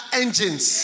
engines